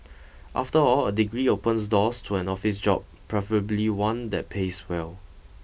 after all a degree opens doors to an office job preferably one that pays well